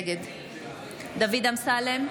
נגד דוד אמסלם,